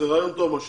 זה רעיון טוב מה שנתת.